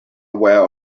aware